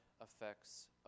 affects